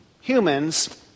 humans